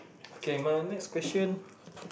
okay my next question